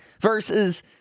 versus